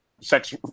sex